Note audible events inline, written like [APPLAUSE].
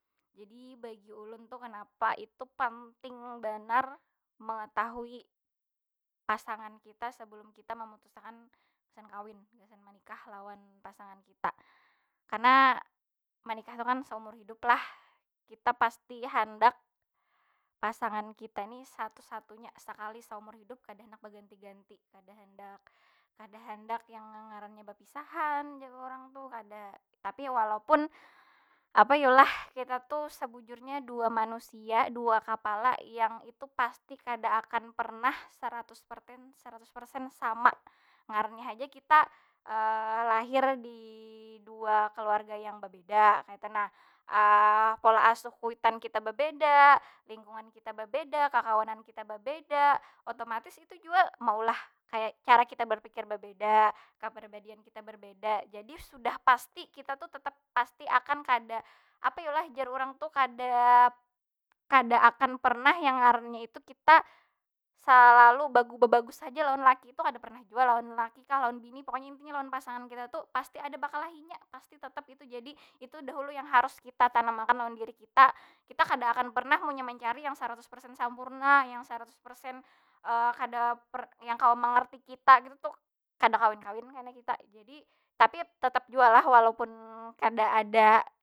Jadi bagi ulun tu kenapa itu penting banar mengetahui pasangan kita sebelum kita memutuskan gasan kawin, gasan menikah lawan pasangan kita. Karena menikah tu kan seumur hidup lah, kita pasti handak pasangan kita ni satu- satunya. Sakali saumur hidup, kada handak baganti- ganti. Kada handak, kada handak yang ngarannya bapisahan jar urang tu. Kada, tapi ya walaupun apa yu lah? Kita tu sebujurnya dua manusia, dua kapala yang itu pasti kada akan pernah seratus perten, seratus persen sama. Ngarannya haja kita [HESITATION] lahir di dua kaluarga yang bebeda kaytu nah. [HESITATION] pola asuh kuitan kita bebeda, lingkungan kita bebeda, kakawanan kita bebeda. Otomatis itu jua maulah kaya, cara kita barpikir babeda. Keperibadian kita berbeda, jadi sudah pasti kita tu tetep pasti akan kada apa yu lah jar urang tu kada, kada akan pernah yang ngarannya itu kita salalu [HESITATION] babagus haja lawan laki tu. Kada pernah jua, lawan laki kah lawan bini, pokoknya intinya lawan pasangan kita tu pasti ada bakalahinya. Pasti tetep itu, jadi itu dahulu yang harus kita tanam akan lawan diri kita. Kita kada akan pernah, munnya manyari yang saratus persen sempurna, yang saratus persen [HESITATION] kada [HESITATION] yang kawa mengerti kita kaytu tu, kada kawin- kawin kena kita. Jadi, tapi tetep jua lah walaupun kada ada.